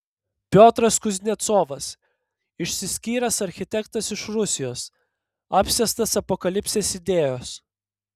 piotras kuznecovas išsiskyręs architektas iš rusijos apsėstas apokalipsės idėjos